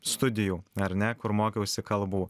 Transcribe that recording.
studijų ar ne kur mokiausi kalbų